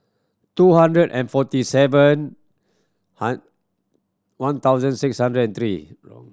two hundred and forty seven one thousand six hundred and three wrong